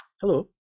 Hello